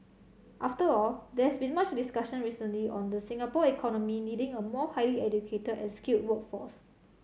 after all there has been much discussion recently on the Singapore economy needing a more highly educated and skilled workforce